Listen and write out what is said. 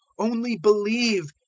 only believe,